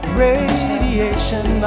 radiation